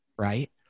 Right